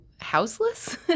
houseless